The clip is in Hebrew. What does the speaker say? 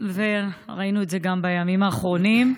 זה גם בימים האחרונים,